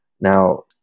Now